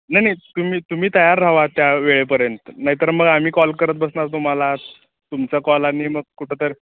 नाही नाही तुम्ही तुम्ही तयार राहा त्या वेळेपर्यंत नाहीतर मग आम्ही कॉल करत बसणार तुम्हाला तुमचा कॉल आणि मग कुठंतरी